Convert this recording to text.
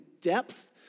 depth